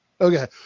Okay